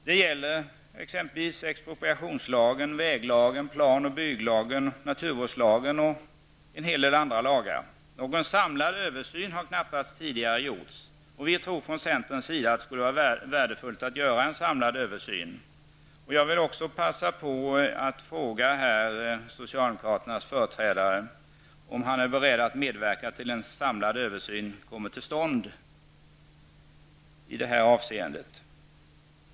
Det gäller t.ex. expropriationslagen, väglagen, plan och bygglagen, naturvårdslagen och en hel del andra lagar. Någon samlad översyn har knappast tidigare gjorts. Vi tror från centerns sida att det är värdefullt med en samlad översyn. Jag vill passa på att fråga socialdemokraternas företrädare om han är beredd att medverka till att en samlad översyn kommer till stånd i det avseendet?